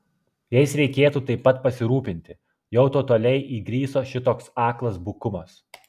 jais reikėtų taip pat pasirūpinti jau totaliai įgriso šitoks aklas bukumas